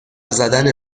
زدن